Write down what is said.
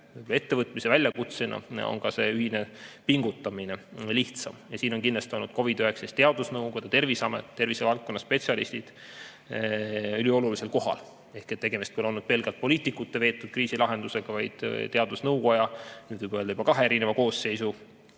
ettevõtmise ja väljakutsena, on ka ühine pingutamine lihtsam. Ja siin on kindlasti olnud COVID-19 teadusnõukoda ja Terviseamet ja tervisevaldkonna spetsialistid üliolulisel kohal. Tegemist pole olnud pelgalt poliitikute veetud kriisilahendusega, vaid teadusnõukoja, nüüd võib öelda juba kahe erineva koosseisu